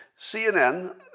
CNN